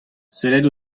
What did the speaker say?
sellet